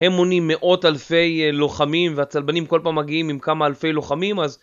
הם מונים מאות אלפי לוחמים והצלבנים כל פעם מגיעים עם כמה אלפי לוחמים אז